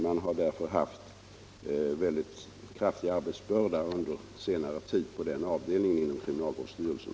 Man har därför under senare tid haft en mycket tung arbetsbörda på den avdelningen inom kriminalvårdsstyrelsen.